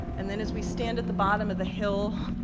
and then as we stand at the bottom of the hill,